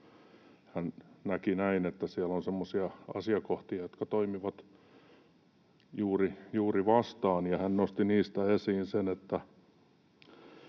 Hän näki näin, että siellä on semmoisia asiakohtia, jotka toimivat juuri vastaan, ja hän nosti niistä esiin sen, että